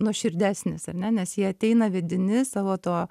nuoširdesnis ar ne nes jie ateina vedini savo to